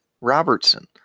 Robertson